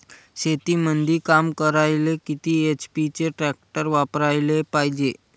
शेतीमंदी काम करायले किती एच.पी चे ट्रॅक्टर वापरायले पायजे?